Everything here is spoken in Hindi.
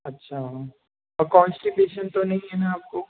अच्छा और कॉन्स्टिपेशन तो नहीं है न आपको